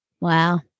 Wow